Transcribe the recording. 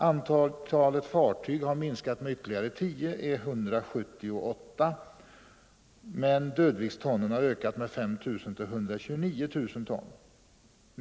Antalet fartyg har minskat med ytterligare 10 och är 178, men dödviktstonnaget har ökat med 5 000 till 129 000 ton.